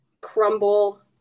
crumble